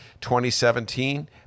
2017